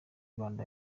rwanda